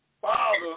Father